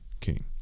king